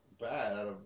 bad